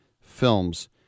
Films